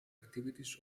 activities